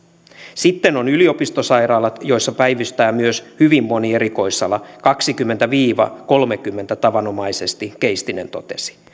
sitten on yliopistosairaalat joissa päivystää myös hyvin moni erikoisala kaksikymmentä viiva kolmekymmentä tavanomaisesti keistinen totesi